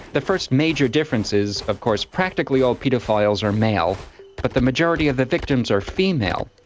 the first major difference is of course practically all paedophiles are male but the majority of the victims are female.